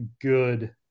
good